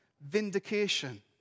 vindication